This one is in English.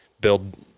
build